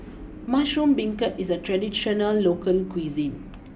Mushroom Beancurd is a traditional local cuisine